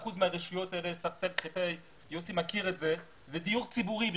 מהרשויות האלה זה דיור ציבורי בכלל.